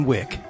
Wick